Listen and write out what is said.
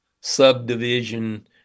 subdivision